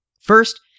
First